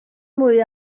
mwy